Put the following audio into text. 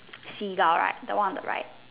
Seagull right the one on the right